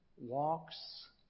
walks